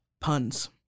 puns